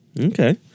Okay